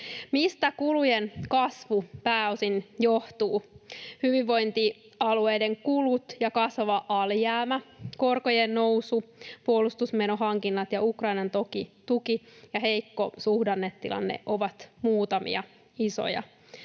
Mistä kulujen kasvu pääosin johtuu? Hyvinvointialueiden kulut ja kasvava alijäämä, korkojen nousu, puolustusmenohankinnat, Ukrainan tuki ja heikko suhdannetilanne ovat muutamia isoja